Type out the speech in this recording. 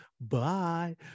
Bye